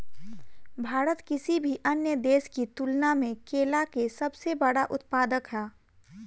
भारत किसी भी अन्य देश की तुलना में केला के सबसे बड़ा उत्पादक ह